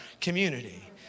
community